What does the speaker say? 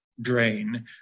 drain